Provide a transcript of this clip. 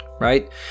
right